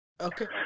Okay